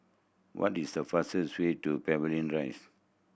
what is the fastest way to Pavilion Rise